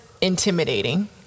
intimidating